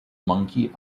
monkey